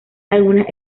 algunas